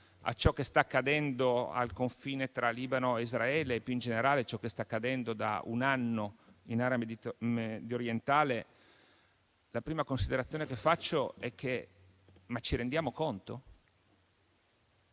a ciò che sta accadendo al confine tra Libano e Israele e, più in generale, ciò che sta accadendo da un anno nell'area mediorientale, la prima considerazione che faccio è la seguente. Ci rendiamo conto